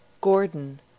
gordon